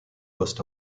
post